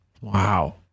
Wow